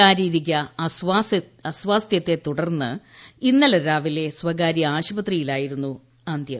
ശാരീരിക അസ്വാസ്ഥ്യത്തെത്തുടർന്ന് ഇന്നലെ രാവിലെ സ്വകാര്യ ആശുപത്രിയിലായിരുന്നു അന്ത്യം